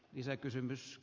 isä kysymys